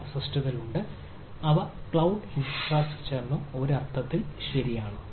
അവ സിസ്റ്റത്തിൽ ഉണ്ട് അവ ക്ലൌഡ് ഇൻഫ്രാസ്ട്രക്ചറിനും ഒരു അർത്ഥത്തിൽ ശരിയാണ്